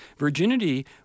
Virginity